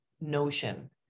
notion